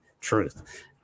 truth